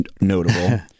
notable